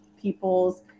people's